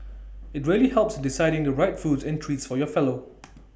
IT really helps in deciding the right foods and treats for your fellow